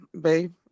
babe